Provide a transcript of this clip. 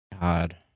God